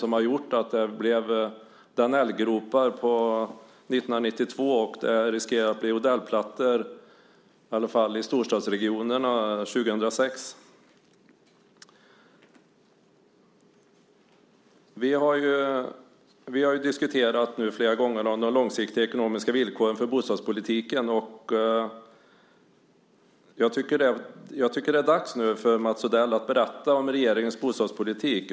Det gjorde att det blev Danellgropar år 1992, och det riskerar att bli Odellplattor i varje fall i storstadsregionerna år 2006. Vi har flera gånger diskuterat de långsiktiga ekonomiska villkoren för bostadspolitiken. Det är nu dags för Mats Odell att berätta om regeringens bostadspolitik.